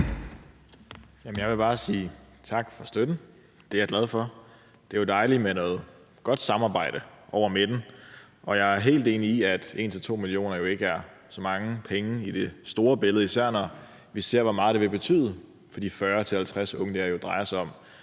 Jeg vil bare sige tak for støtten. Den er jeg glad for. Det er dejligt med noget godt samarbejde over midten, og jeg er helt enig i, at 1-2 mio. kr. jo ikke er så mange penge i det store billede, især når vi ser, hvor meget det vil betyde for de 40-50 unge, det her drejer sig om.